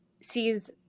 sees